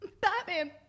Batman